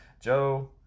Joe